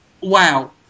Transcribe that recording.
Wow